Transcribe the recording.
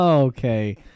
Okay